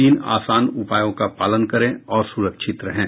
तीन आसान उपायों का पालन करें और सुरक्षित रहें